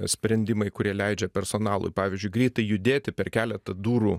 sprendimai kurie leidžia personalui pavyzdžiui greitai judėti per keletą durų